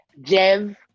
Jev